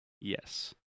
Yes